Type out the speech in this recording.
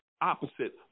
opposite